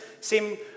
seem